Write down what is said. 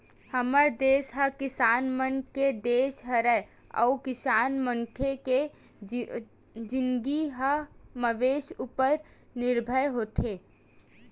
हमर देस ह किसान मन के देस हरय अउ किसान मनखे के जिनगी ह मवेशी उपर निरभर होथे